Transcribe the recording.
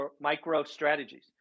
micro-strategies